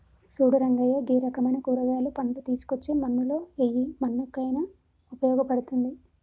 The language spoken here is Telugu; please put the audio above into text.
సూడు రంగయ్య గీ రకమైన కూరగాయలు, పండ్లు తీసుకోచ్చి మన్నులో ఎయ్యి మన్నుకయిన ఉపయోగ పడుతుంది